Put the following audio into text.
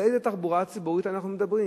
על איזה תחבורה ציבורית אנחנו מדברים?